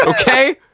Okay